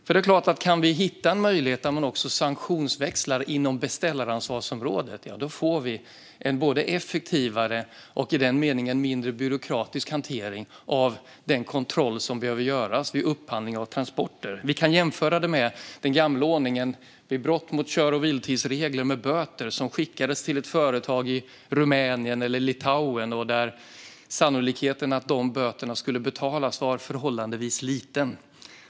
Om vi kan hitta en möjlighet att sanktionsväxla inom beställaransvarsområdet får vi en både effektivare och i den meningen mindre byråkratisk hantering av den kontroll som behöver göras vid upphandling av transporter. Vi kan jämföra detta med den gamla ordningen vid brott mot kör och vilotidsregler med böter, som skickades till ett företag i Rumänien eller Litauen, och där sannolikheten att de böterna skulle betalas var förhållandevis liten.